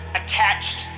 attached